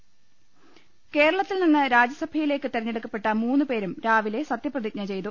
ലലലലലലലലലലലലല കേരളത്തിൽ നിന്ന് രാജ്യസഭയിലേക്ക് തെരഞ്ഞെടു ക്കപ്പെട്ട മൂന്ന് പേരും രാവിലെ സത്യപ്രതിജ്ഞ ചെയ്തു